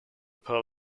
pearl